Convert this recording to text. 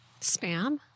spam